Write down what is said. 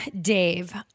Dave